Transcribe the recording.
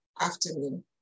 afternoon